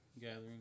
gathering